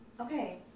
Okay